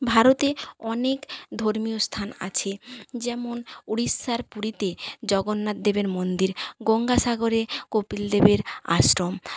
ভারতে অনেক ধর্মীয়স্থান আছে যেমন উড়িষ্যার পুরীতে জগন্নাথ দেবের মন্দির গঙ্গাসাগরে কপিলদেবের আশ্রম